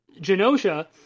Genosha